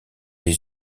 les